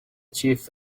chief